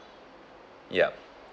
yup